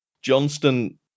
Johnston